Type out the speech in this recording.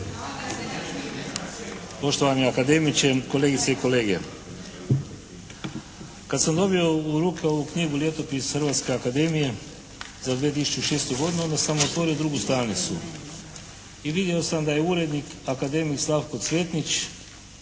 poštovani akademiče, kolegice i kolege. Kad sam dobio u ruke ovu knjigu "Ljetopis Hrvatske akademije za 2006. godinu" onda sam otvorio 2. stranicu. I vidio sam da je urednik akademik Slavko Cvetnić,